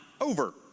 over